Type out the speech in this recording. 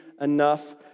enough